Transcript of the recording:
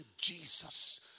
Jesus